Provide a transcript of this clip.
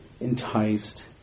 enticed